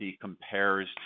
compares